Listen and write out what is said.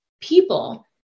people